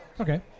Okay